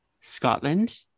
Scotland